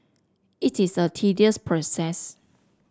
it is a tedious process